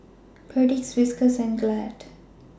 Perdix Whiskas and Glad